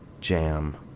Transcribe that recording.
Jam